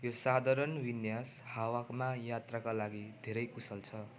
यो साधारण विन्यास हावामा यात्राका लागि धेरै कुशल छ